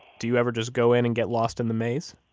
do you ever just go in and get lost in the maze?